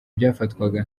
byafatwaga